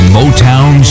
Motown